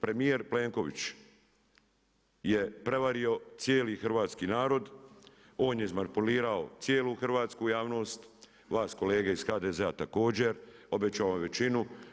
Premijer Plenković je prevario cijeli hrvatski narod, on je izmanipulirao cijelu hrvatsku javnost, vas kolege iz HDZ-a također, obećao je većinu.